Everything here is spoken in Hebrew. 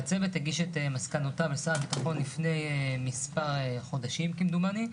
והצוות הגיש את מסקנותיו לשר הביטחון לפני מספר חודשים כמדומני,